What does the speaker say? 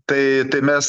tai mes